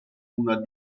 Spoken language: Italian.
una